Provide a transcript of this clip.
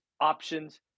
options